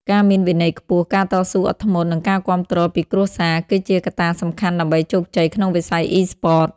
ការមានវិន័យខ្ពស់ ការតស៊ូអត់ធ្មត់ និងការគាំទ្រពីគ្រួសារ គឺជាកត្តាសំខាន់ដើម្បីជោគជ័យក្នុងវិស័យអុីស្ព័ត។